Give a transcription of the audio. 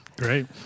Great